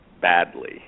badly